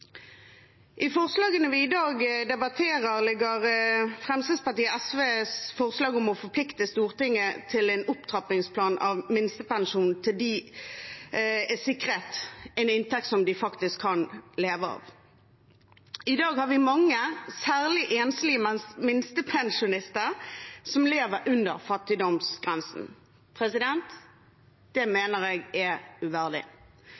I forslagene vi i dag debatterer, ligger Fremskrittspartiet og SVs forslag om å forplikte Stortinget på en opptrappingsplan for minstepensjonistene til de er sikret en inntekt de faktisk kan leve av. I dag har vi mange, særlig enslige minstepensjonister, som lever under fattigdomsgrensen. Det mener jeg er uverdig.